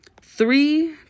three